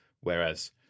whereas